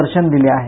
दर्शन दिले आहे